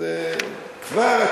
כבר,